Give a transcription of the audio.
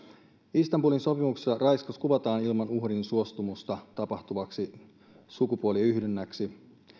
istanbulin sopimuksessa raiskaus kuvataan ilman uhrin suostumusta tapahtuvaksi sukupuoliyhdynnäksi